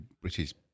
British